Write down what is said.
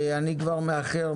אני כבר מאחר,